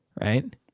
Right